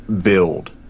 build